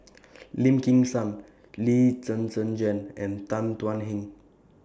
Lim Kim San Lee Zhen Zhen Jane and Tan Thuan Heng